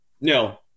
No